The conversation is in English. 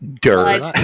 dirt